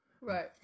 Right